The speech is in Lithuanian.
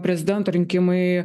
prezidento rinkimai